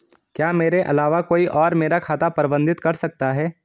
क्या मेरे अलावा कोई और मेरा खाता प्रबंधित कर सकता है?